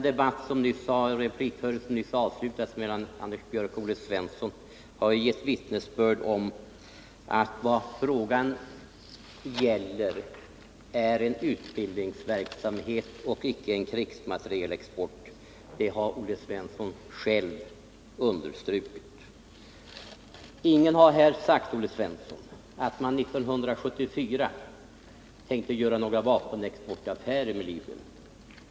Det replikskifte som nyss avslutades mellan Anders Björck och Olle Svensson har gett vittnesbörd om att vad frågan gäller är en utbildningsverksamhet — icke en krigsmaterielexport. Det har Olle Svensson själv understrukit. Ingen har här sagt, Olle Svensson, att man 1974 tänkte göra några vapenexportaffärer med Libyen.